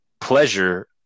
pleasure